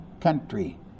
country